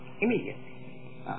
Immediately